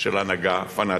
של הנהגה פנאטית.